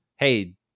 hey